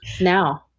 now